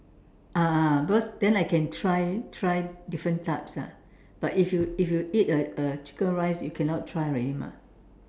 ah ah because then I can try try different types ah but if you if you eat uh uh chicken rice you cannot try already mah